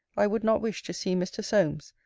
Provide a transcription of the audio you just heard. i would not wish to see mr. solmes,